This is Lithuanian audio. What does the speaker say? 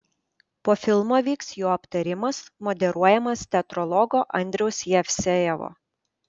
po filmo vyks jo aptarimas moderuojamas teatrologo andriaus jevsejevo